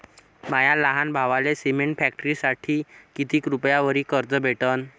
माया लहान भावाले सिमेंट फॅक्टरीसाठी कितीक रुपयावरी कर्ज भेटनं?